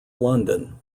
london